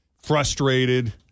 frustrated